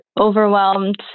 overwhelmed